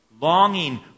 Longing